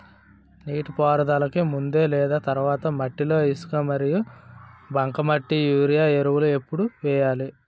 నీటిపారుదలకి ముందు లేదా తర్వాత మట్టిలో ఇసుక మరియు బంకమట్టి యూరియా ఎరువులు ఎప్పుడు వేయాలి?